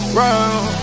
round